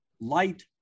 light